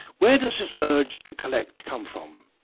where does this urge to collect come from?